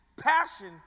Passion